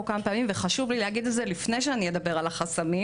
כמה פעמים וחשוב לי להגיד את זה לפני שאדבר על החסמים